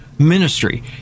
Ministry